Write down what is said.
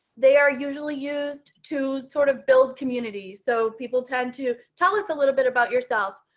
they are usually used to sort of build community so people tend to tell us a little bit about yourself.